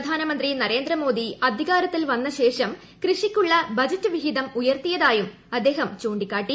പ്രധാനമന്ത്രി നരേന്ദ്രമോദി അധികാരത്തിൽ വന്നശേഷം കൃഷിക്കുള്ള ബജറ്റ് വിഹിതം ഉയർത്തിയതായും അദ്ദേഹം ചൂണ്ടിക്കാട്ടി